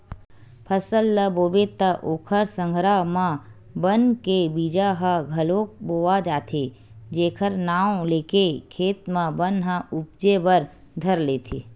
फसल ल बोबे त ओखर संघरा म बन के बीजा ह घलोक बोवा जाथे जेखर नांव लेके खेत म बन ह उपजे बर धर लेथे